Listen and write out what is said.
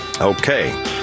Okay